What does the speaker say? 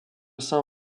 saint